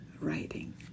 writing